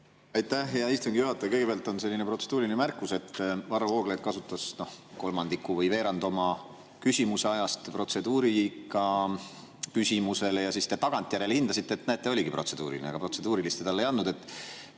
Aitäh, hea istungi juhataja! Kõigepealt on selline protseduuriline märkus, et Varro Vooglaid kasutas kolmandiku või veerandi oma küsimuse ajast protseduurikateemale ja siis te tagantjärele hindasite, et näe, oligi protseduuriline. Aga protseduurilist te talle ei andnud.